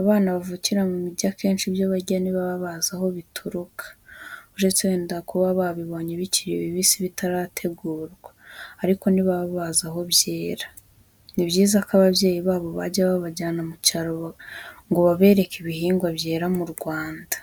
Abana bavukira mu mijyi, kenshi ibyo barya ntibaba bazi aho bituruka. Uretse wenda kuba babibonye bikiri bibisi bitarategurwa, ariko ntibaba bazi aho byera. Ni byiza ko ababyeyi babo bajya babajyana mu cyaro ngo babereke ibihingwa byera mu Rwanda.